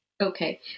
okay